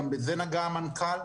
גם בזה נגע המנכ"ל.